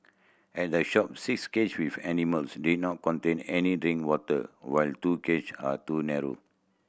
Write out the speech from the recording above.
at the shop six cage with animals did not contain any drinking water while two cage are too narrow